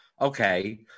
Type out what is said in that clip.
Okay